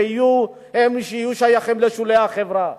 שיהיו שייכים לשולי החברה.